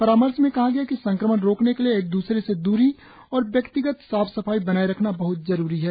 परामर्श में कहा गया है कि संक्रमण रोकने के लिए एक दूसरे से दूरी और व्यक्तिगत साफ सफाई बनाए रखना बहत जरूरी है